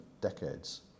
decades